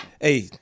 Hey